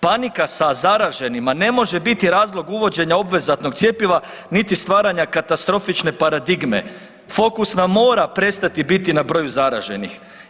Panika sa zaraženima ne može biti razlog uvođenja obvezatnog cjepiva, niti stvaranja katastrofične paradigme, fokus nam mora prestati biti na broju zaraženih.